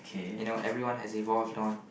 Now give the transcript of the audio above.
you know everyone has evolved on